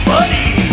Buddy